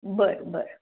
बरं बरं